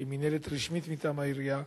שהיא מינהלת רשמית מטעם העירייה,